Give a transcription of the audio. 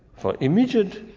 for immediate,